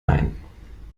nein